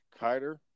Kyder